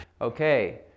Okay